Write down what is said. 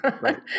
right